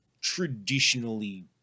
traditionally